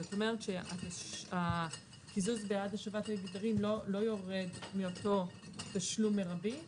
זאת אומרת הקיזוז בעד השבת התדרים לא יורד מאותו תשלום מרבי,